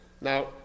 Now